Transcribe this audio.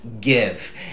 give